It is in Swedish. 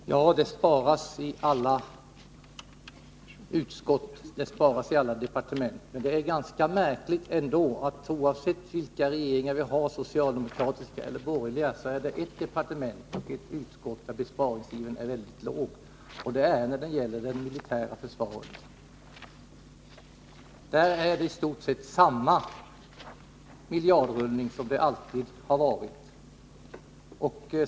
Herr talman! Ja, det sparas i alla utskott och i alla departement. Men det är ändå ganska märkligt att oavsett vilka regeringar vi har, socialdemokratiska eller borgerliga, visar departement och utskott beträffande ett speciellt område en mycket låg spariver, nämligen när det gäller det militära försvaret. Där är det i stort sett samma miljardrullning som det alltid har varit.